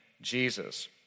Jesus